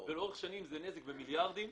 לאורך שנים זה נזק של מיליארדים.